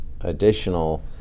additional